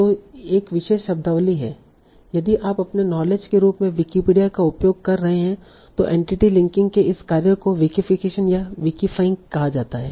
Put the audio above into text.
तो एक विशेष शब्दावली है यदि आप अपने नॉलेज के रूप में विकिपीडिया का उपयोग कर रहे हैं तो एंटिटी लिंकिंग के इस कार्य को विकिफीकेशन या विकीफाइंग कहा जाता है